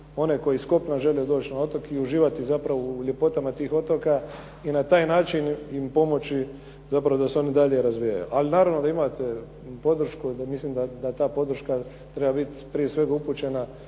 one koji s kopna žele doći na otok i uživati zapravo u ljepotama tih otoka i na taj način im pomoći zapravo da se oni dalje razvijaju. Ali naravno da imate podršku i mislim da ta podrška treba biti prije svega upućena